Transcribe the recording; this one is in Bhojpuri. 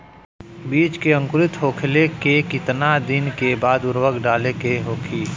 बिज के अंकुरित होखेला के कितना दिन बाद उर्वरक डाले के होखि?